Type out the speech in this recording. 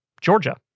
Georgia